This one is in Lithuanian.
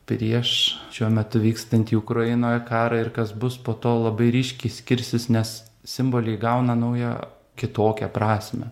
prieš šiuo metu vykstantį ukrainoje karą ir kas bus po to labai ryškiai skirsis nes simboliai įgauna naują kitokią prasmę